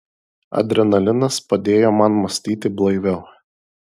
adrenalinas padėjo man mąstyti blaiviau